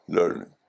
Learning